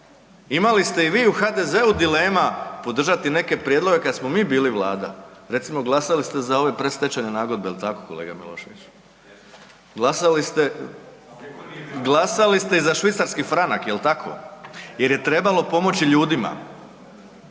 imali ste i vi u HDZ-u dilema podržati neke prijedloge kad smo mi bili Vlada. Recimo glasali ste za ove predstečajne nagodbe, jel' tako, kolega Milošević? Glasali ste i za švicarski franak, jel' tako? Jer je trebalo pomoći ljudima,